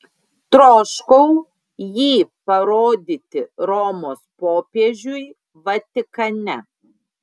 troškau jį parodyti romos popiežiui vatikane